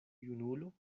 junulo